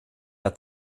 der